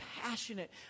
passionate